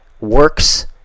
works